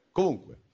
Comunque